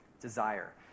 desire